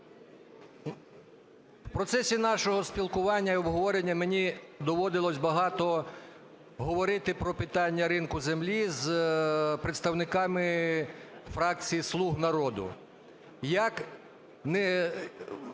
В процесі нашого спілкування і обговорення мені доводилося багато говорити про питання ринку землі з представниками фракції "Слуга народу".